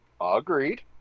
Agreed